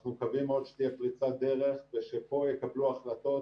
אנחנו מקווים מאוד שתהיה פריצת דרך ושפה יקבלו החלטות